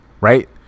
Right